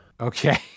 Okay